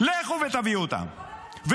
לכו ותביאו אותם -- שילך בעצמו.